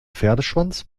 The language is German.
pferdeschwanz